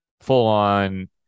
full-on